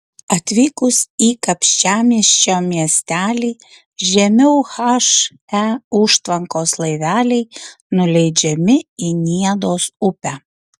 atvykus į kapčiamiesčio miestelį žemiau he užtvankos laiveliai nuleidžiami į niedos upę